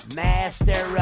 master